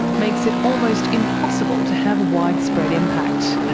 makes it almost impossible to have widespread impact.